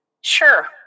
Sure